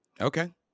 Okay